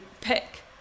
pick